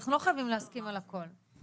אנחנו לא חייבים להסכים על הכול.